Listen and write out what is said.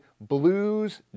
blues